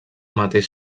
mateix